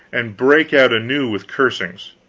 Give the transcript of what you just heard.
and brake out anew with cursings.